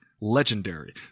legendary